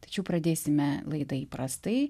tačiau pradėsime laidą įprastai